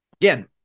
Again